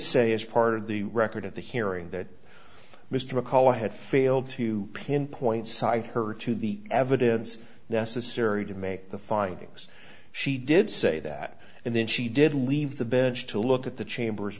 say as part of the record at the hearing that mr mccullough had failed to pinpoint cite her to the evidence necessary to make the findings she did say that and then she did leave the bench to look at the chambers